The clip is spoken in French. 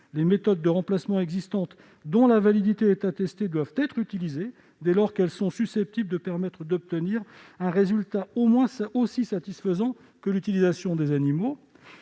Les méthodes de remplacement existantes dont la validité est attestée doivent être utilisées dès lors qu'elles sont susceptibles de permettre d'obtenir un résultat au moins aussi satisfaisant que l'utilisation d'animaux.